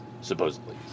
supposedly